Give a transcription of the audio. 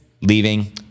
leaving